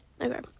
Okay